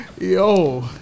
Yo